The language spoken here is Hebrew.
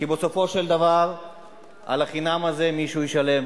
כי בסופו של דבר על החינם הזה מישהו ישלם,